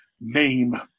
name